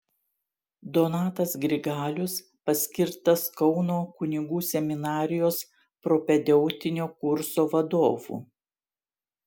donatas grigalius paskirtas kauno kunigų seminarijos propedeutinio kurso vadovu